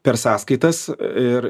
per sąskaitas ir